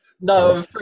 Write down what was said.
No